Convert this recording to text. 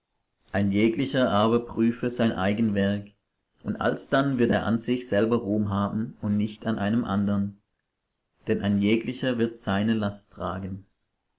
ein jeglicher aber prüfe sein eigen werk und alsdann wird er an sich selber ruhm haben und nicht an einem andern denn ein jeglicher wird seine last tragen